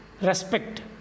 Respect